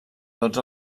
tots